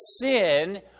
sin